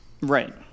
Right